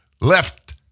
left